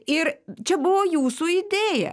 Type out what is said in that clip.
ir čia buvo jūsų idėja